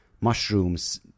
mushrooms